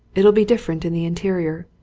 it'll be different in the interior.